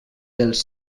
dels